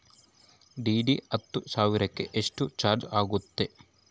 DD ಹತ್ತು ಸಾವಿರಕ್ಕೆ ಎಷ್ಟು ಚಾಜ್೯ ಆಗತ್ತೆ?